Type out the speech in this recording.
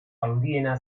handiena